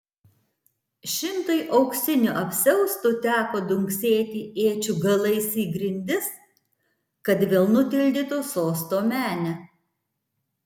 šimtui auksinių apsiaustų teko dunksėti iečių galais į grindis kad vėl nutildytų sosto menę